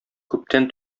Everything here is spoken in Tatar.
күптән